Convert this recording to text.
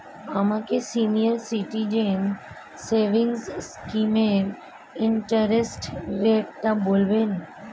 আমাকে senior citizen savings স্কিমের interest রেটটা বলবেন